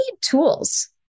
tools